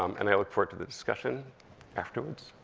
um and i look forward to the discussion afterwards.